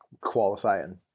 qualifying